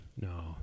No